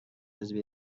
حزبی